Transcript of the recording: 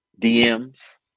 DMs